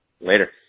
later